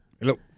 Hello